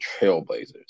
trailblazers